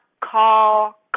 call